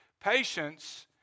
Patience